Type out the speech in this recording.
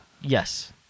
Yes